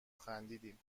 خندیدم